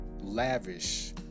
lavish